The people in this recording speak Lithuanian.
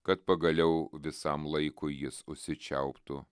kad pagaliau visam laikui jis užsičiauptų